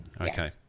Okay